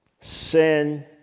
sin